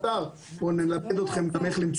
אולי נשלח לכם את הקישור לאתר ונלמד אתכם